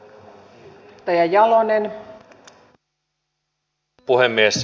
arvoisa puhemies